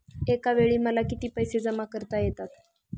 एकावेळी मला किती पैसे जमा करता येतात?